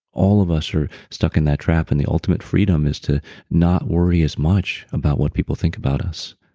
all of us are stuck in that trap, and the ultimate freedom is to not worry as much about what people think about us.